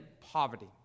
poverty